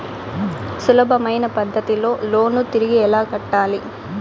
సులభమైన పద్ధతిలో లోను తిరిగి ఎలా కట్టాలి